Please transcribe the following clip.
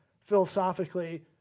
Philosophically